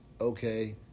okay